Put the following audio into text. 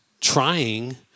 trying